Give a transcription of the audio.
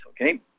okay